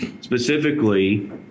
specifically